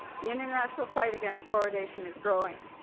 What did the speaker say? the international fight against fluoridation is growing.